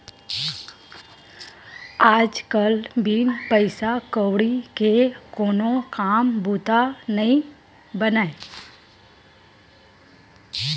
आज कल बिन पइसा कउड़ी के कोनो काम बूता नइ बनय